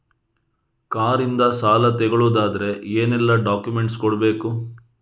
Car ಇಂದ ಸಾಲ ತಗೊಳುದಾದ್ರೆ ಏನೆಲ್ಲ ಡಾಕ್ಯುಮೆಂಟ್ಸ್ ಕೊಡ್ಬೇಕು?